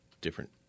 different